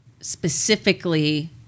specifically